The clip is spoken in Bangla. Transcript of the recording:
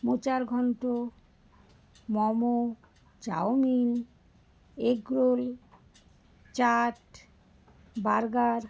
মোচার ঘন্ট momo chowmein egg roll chaat burger